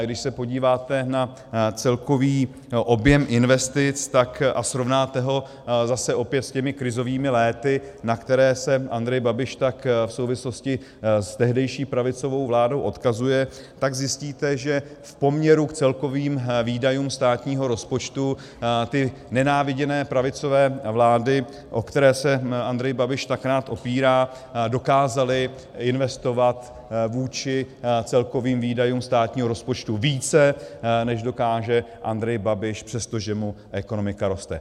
Když se podíváte na celkový objem investic a srovnáte ho opět s těmi krizovými léty, na která se Andrej Babiš tak v souvislosti s tehdejší pravicovou vládou odkazuje, tak zjistíte, že v poměru k celkovým výdajům státního rozpočtu ty nenáviděné pravicové vlády, o které se Andrej Babiš tak rád opírá, dokázaly investovat vůči celkovým výdajům státního rozpočtu více, než dokáže Andrej Babiš, přestože mu ekonomika roste.